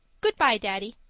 goodbye, daddy.